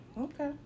Okay